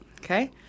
Okay